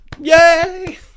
yay